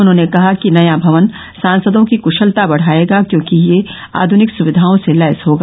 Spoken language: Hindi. उन्होंने कहा कि नया भवन सांसदों की क्शलता बढ़ाएगा क्योंकि यह आधुनिक सुविघाओं से लैस होगा